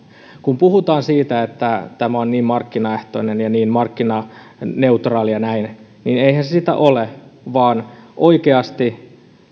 kun puhutaan siitä että tämä on niin markkinaehtoinen ja niin markkinaneutraali ja näin niin eihän se sitä ole vaan oikeasti